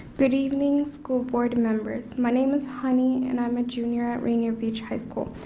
good evening school board members. my name is honey and i am a junior at rainier beach high school.